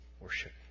worship